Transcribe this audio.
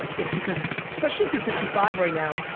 ah it's because, specially if you are fifty five right now,